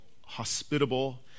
hospitable